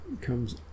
comes